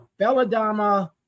Belladama